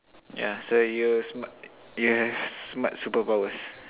yeah so you have smart you have smart superpowers